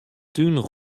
tún